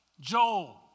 Joel